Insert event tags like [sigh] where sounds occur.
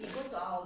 [noise]